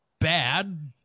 bad